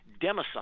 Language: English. democide